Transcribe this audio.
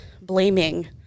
blaming